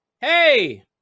Hey